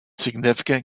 significant